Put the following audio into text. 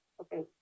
Okay